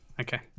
Okay